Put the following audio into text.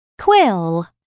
quill